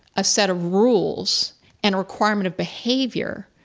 a set of rules and requirement of behavior.